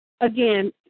again